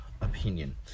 opinion